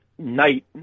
night